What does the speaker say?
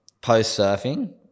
post-surfing